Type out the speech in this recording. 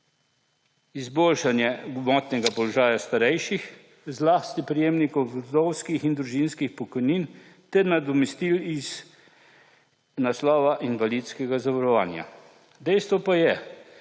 izboljšanje gmotnega položaja starejših, zlasti prejemnikov vdovskih in družinskih pokojnin ter nadomestil iz naslova invalidskega zavarovanja. Dejstvo pa je,